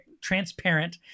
transparent